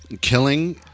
killing